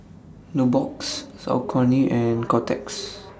Nubox Saucony and Kotex